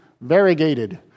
variegated